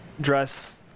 dress